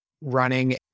running